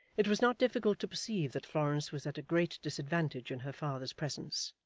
it was not difficult to perceive that florence was at a great disadvantage in her father's presence.